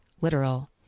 literal